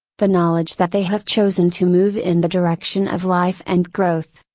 the knowledge that they have chosen to move in the direction of life and growth,